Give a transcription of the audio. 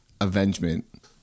Avengement